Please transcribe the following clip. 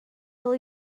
will